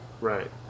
Right